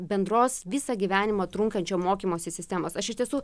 bendros visą gyvenimą trunkančio mokymosi sistemos aš iš tiesų